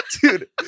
Dude